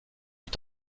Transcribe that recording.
est